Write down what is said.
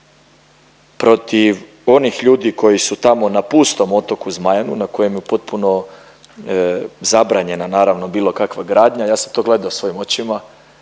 protiv onih ljudi koji su tamo na pustom otoku Zmajanu na kojem je potpuno zabranjena naravno bilo kakva gradnja. Ja sam to gledao svojim očima,